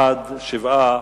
בעד, 7,